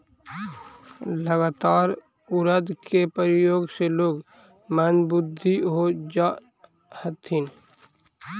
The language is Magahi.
लगातार उड़द के प्रयोग से लोग मंदबुद्धि हो जा हथिन